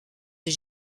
des